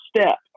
step